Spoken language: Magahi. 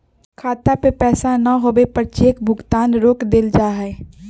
खाता में पैसा न होवे पर चेक भुगतान रोक देयल जा हई